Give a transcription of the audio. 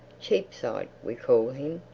cheapside, we call him.